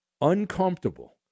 uncomfortable